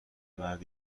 مرد